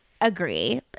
agree